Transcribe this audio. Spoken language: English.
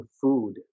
food